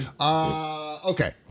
Okay